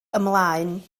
ymlaen